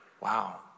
wow